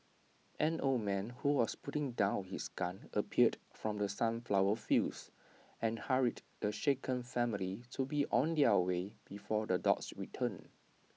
an old man who was putting down his gun appeared from the sunflower fields and hurried the shaken family to be on their way before the dogs return